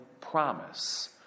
promise